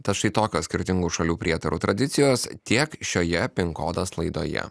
tad štai tokios skirtingų šalių prietarų tradicijos tiek šioje pin kodas laidoje